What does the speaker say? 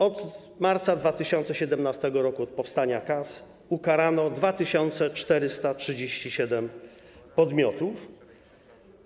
Od marca 2017 r., od powstania kas ukarano 2437 podmiotów.